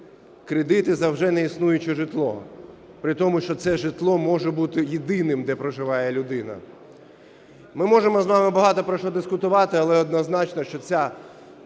кредити за вже неіснуюче житло, притому, що це житло може бути єдиним, де проживає людина. Ми можемо з вами багато, про що дискутувати, але однозначно, що в